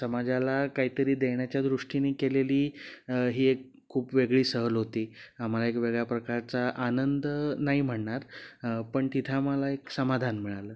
समाजाला काहीतरी देण्याच्या दृष्टीनी केलेली ही एक खूप वेगळी सहल होती आम्हाला एक वेगळ्या प्रकारचा आनंद नाही म्हणणार पण तिथं आम्हाला एक समाधान मिळालं